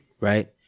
right